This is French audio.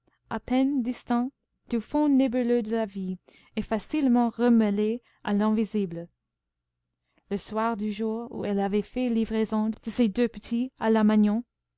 à peine distinctes du fond nébuleux de la vie et facilement remêlées à l'invisible le soir du jour où elle avait fait livraison de ses deux petits à la magnon